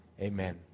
Amen